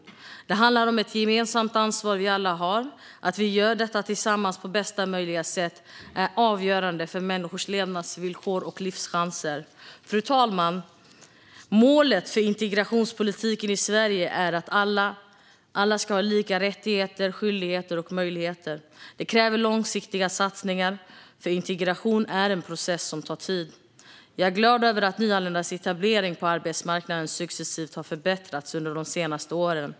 Det handlar om ett gemensamt ansvar vi alla har. Att vi gör detta tilsammans på bästa möjliga sätt är avgörande för människors levnadsvillkor och livschanser. Fru talman! Målet för integrationspolitiken i Sverige är att alla ska ha lika rättigheter, skyldigheter och möjligheter. Det kräver långsiktiga satsningar, för integration är en process som tar tid. Jag är glad över att nyanländas etablering på arbetsmarknaden successivt har förbättrats under de senaste åren.